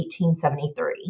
1873